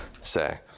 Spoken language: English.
say